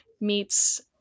meets